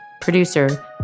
producer